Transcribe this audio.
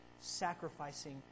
sacrificing